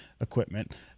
equipment